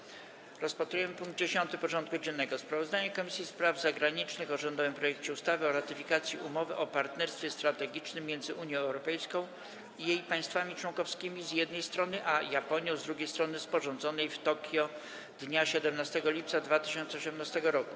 Powracamy do rozpatrzenia punktu 10. porządku dziennego: Sprawozdanie Komisji Spraw Zagranicznych o rządowym projekcie ustawy o ratyfikacji Umowy o partnerstwie strategicznym między Unią Europejską i jej państwami członkowskimi, z jednej strony, a Japonią, z drugiej strony, sporządzonej w Tokio dnia 17 lipca 2018 r.